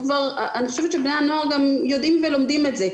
אני חושבת שבני הנוער גם יודעים ולומדים את זה,